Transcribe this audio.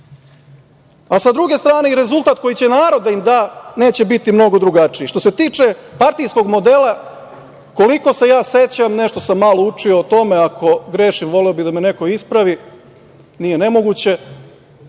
Sa druge strane i rezultat koji će narod da im da, neće biti mnogo drugačiji. Što se tiče partijskog modela, koliko se sećam, nešto sam malo učio o tome, ako grešim, voleo bih da me neko ispravi, nije nemoguće,